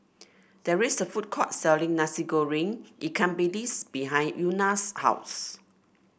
there is a food court selling Nasi Goreng Ikan Bilis behind Una's house